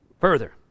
Further